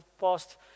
past